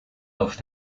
auf